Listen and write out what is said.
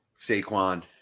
Saquon